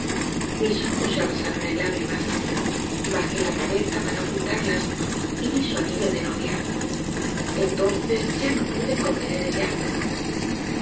mis ojos se arrasaron en lágrimas bajé la cabeza para ocultarlas y vi su anillo de novia entonces ya no pude contener el llanto